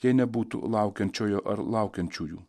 jei nebūtų laukiančiojo ar laukiančiųjų